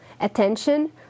attention